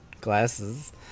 glasses